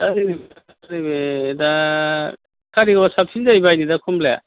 दा कारिगावआव साबसिन जायो बायनो दा खमलाया